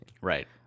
Right